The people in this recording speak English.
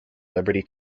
liberty